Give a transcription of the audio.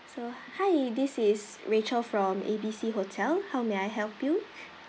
so hi this is rachel from A B C hotel how may I help you